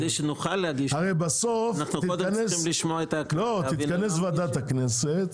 הרי בסוף תתכנס ועדת הכנסת